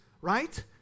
right